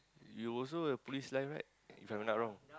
you also the police line right if I'm not wrong